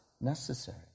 necessary